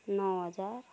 नौ हजार